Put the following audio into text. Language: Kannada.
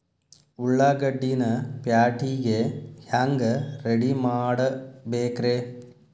ಉಳ್ಳಾಗಡ್ಡಿನ ಪ್ಯಾಟಿಗೆ ಹ್ಯಾಂಗ ರೆಡಿಮಾಡಬೇಕ್ರೇ?